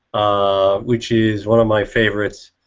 ah which is one of my favorites.